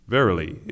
Verily